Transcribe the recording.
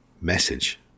message